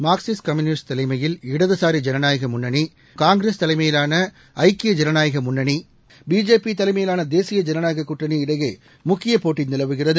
Marxist communist கட்சி தலைமையிலான இடதுசாரி ஜனநாயக முன்னணி காங்கிரஸ் தலைமையிவான ஐக்கிய ஜனநாயக முன்னனி பிஜேபி தலைமையிவான தேசிய ஜனநாயக கூட்டணி இடையே முக்கிய போட்டி நிலவுகிறது